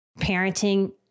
parenting